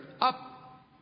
up